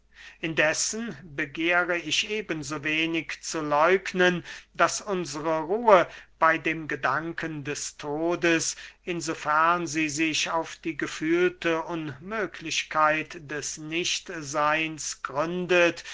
indessen begehre ich eben so wenig zu läugnen daß unsre ruhe bey dem gedanken des todes in so fern sie sich auf die gefühlte unmöglichkeit des nichtseyns gründet